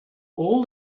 all